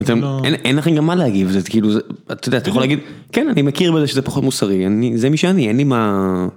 אין לכם גם מה להגיב, אתה יכול להגיד, כן אני מכיר בזה שזה פחות מוסרי, זה מי שאני, אין לי מה.